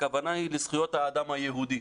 הכוונה היא לזכויות האדם היהודי.